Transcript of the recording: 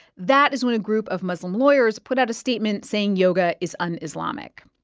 that is when a group of muslim lawyers put out a statement saying yoga is un-islamic.